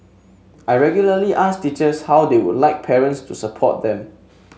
I regularly ask teachers how they would like parents to support them